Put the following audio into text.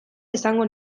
esango